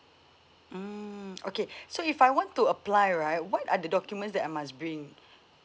mm okay so if I want to apply right what are the documents that I must bring